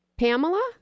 Pamela